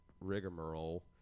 rigmarole